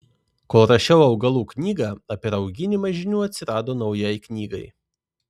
kol rašiau augalų knygą apie rauginimą žinių atsirado naujai knygai